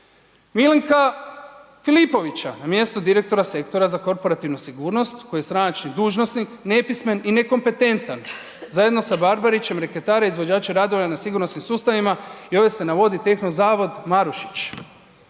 Milinka Filipovića na mjestu direktora sektora za korporativnu sigurnost koji je stranački dužnosnik nepismen i nekompetentan zajedno sa Barbarićem reketare izvođače radova na sigurnosnim sustavima i ovdje se navodi tehno zavod Marušić.